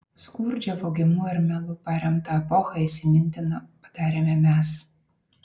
skurdžią vogimu ir melu paremtą epochą įsimintina padarėme mes